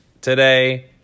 today